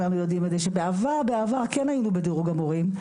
בעבר בעבר כן הינו בדירוג המורים.